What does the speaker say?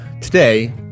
today